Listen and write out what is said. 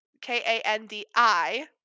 K-A-N-D-I